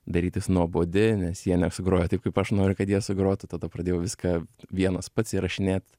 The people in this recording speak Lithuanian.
darytis nuobodi nes jie nesugroja taip kaip aš noriu kad jie sugrotų tada pradėjau viską vienas pats įrašinėt